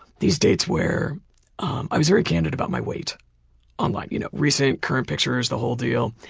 these dates where i was very candid about my weight online, you know recent current pictures, the whole deal.